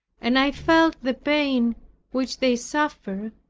and i felt the pain which they suffered,